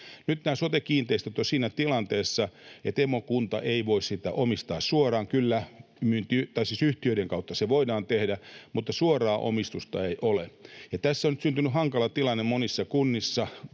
Nyt nämä sote-kiinteistöt ovat siinä tilanteessa, että emokunta ei voi niitä omistaa suoraan. Kyllä yhtiöiden kautta se voidaan tehdä, mutta suoraa omistusta ei ole, ja tässä on nyt syntynyt hankala tilanne monissa kunnissa,